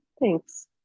thanks